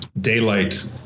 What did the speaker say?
daylight